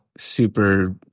super